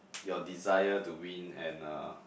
your desire to win and uh